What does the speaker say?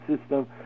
system